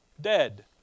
dead